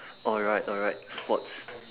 alright alright sports